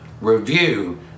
review